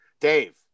dave